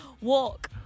Walk